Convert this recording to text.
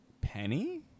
Penny